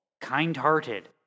kind-hearted